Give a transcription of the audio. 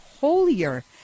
holier